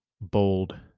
bold